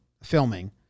Filming